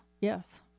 yes